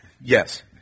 yes